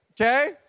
Okay